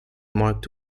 marked